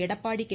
Edappadi K